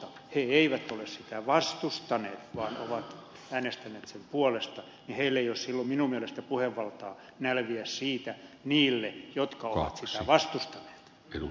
he eivät ole sitä vastustaneet vaan ovat äänestäneet sen puolesta joten heillä ei ole silloin minun mielestäni puhevaltaa nälviä siitä niille jotka ovat sitä vastustaneet